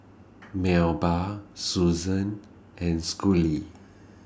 Melba Susan and Schley